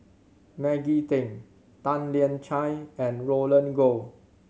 Maggie Teng Tan Lian Chye and Roland Goh